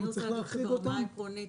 אני רוצה לומר שברמה העקרונית,